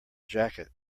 jacket